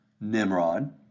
Nimrod